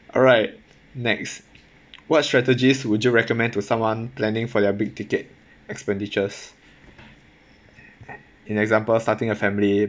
alright next what strategies would you recommend to someone planning for their big ticket expenditures an example starting a family